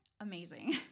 amazing